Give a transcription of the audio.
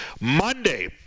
Monday